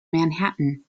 manhattan